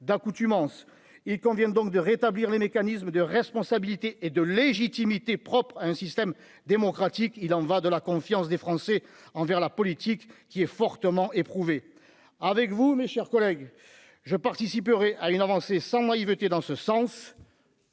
d'accoutumance, il convient donc de rétablir les mécanismes de responsabilité et de légitimité propre, un système démocratique, il en va de la confiance des Français envers la politique qui est fortement éprouvée avec vous, mes chers collègues, je participerai à une avancée sans moi il dans ce sens.